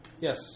Yes